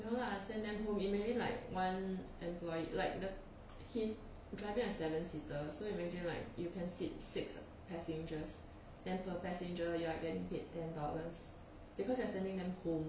no lah send them home imagine like one employee like the his driving a seven seater so imagine like you can seat six passengers then per passenger you are getting paid ten dollars because you are sending them home